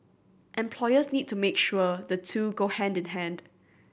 employers need to make sure the two go hand in hand